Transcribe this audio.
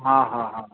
हा हा हा